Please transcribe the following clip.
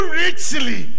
richly